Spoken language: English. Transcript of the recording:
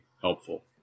helpful